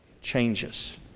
changes